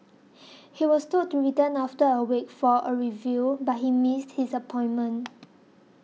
he was told to return after a week for a review but missed his appointment